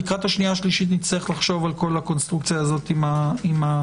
שלקראת השנייה-שלישית נצטרך לחשוב על כל הקונסטרוקציה הזאת עם התובע.